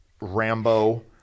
Rambo